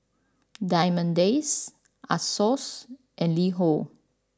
Diamond Days Asos and LiHo